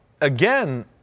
again